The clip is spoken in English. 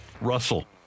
Russell